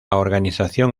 organización